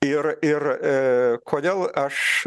ir ir kodėl aš